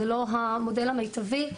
זה לא המודל המיטבי.